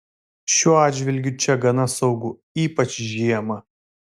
šiuo atžvilgiu čia gana saugu ypač žiemą